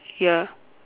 ya